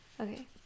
Okay